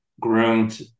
groomed